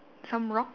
some rock